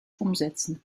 umsetzen